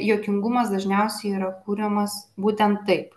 juokingumas dažniausiai yra kuriamas būtent taip